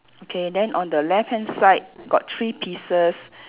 okay then on the left hand side got three pieces